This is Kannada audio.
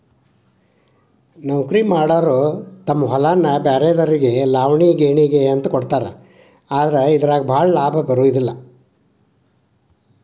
ನೌಕರಿಮಾಡಾರ ತಮ್ಮ ಹೊಲಾನ ಬ್ರ್ಯಾರೆದಾರಿಗೆ ಲಾವಣಿ ಗೇಣಿಗೆ ಅಂತ ಕೊಡ್ತಾರ ಆದ್ರ ಇದರಾಗ ಭಾಳ ಲಾಭಾ ಇರುದಿಲ್ಲಾ